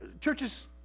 Churches